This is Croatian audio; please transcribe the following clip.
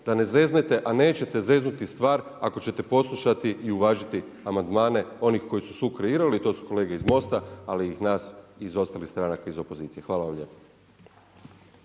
da ne zeznete, a nećete zeznuti stvar ako ćete poslušati i uvažiti amandmane koji su sukreirali, to su kolege iz Mosta, ali i nas i ostalih stranaka iz opozicije. Hvala vam